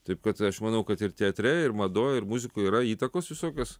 taip kad aš manau kad ir teatre ir madoj ir muzikoj yra įtakos visokios